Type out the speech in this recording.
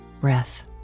breath